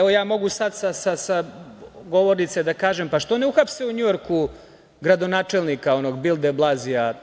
Mogu sada sa govornice da kažem, što ne uhapse u Njujorku gradonačelnika onog Bilde Blazija?